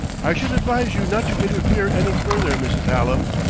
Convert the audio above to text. i should advise you not to interfere any further, mrs. hallam,